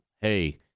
hey